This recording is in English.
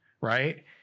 Right